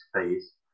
space